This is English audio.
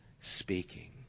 speaking